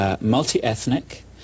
multi-ethnic